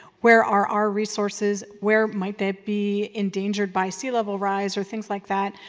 where are our resources? where might that be endangered by sea level rise or things like that,